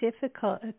difficult